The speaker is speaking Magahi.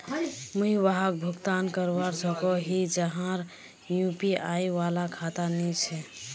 मुई वहाक भुगतान करवा सकोहो ही जहार यु.पी.आई वाला खाता नी छे?